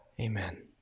Amen